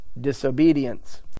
disobedience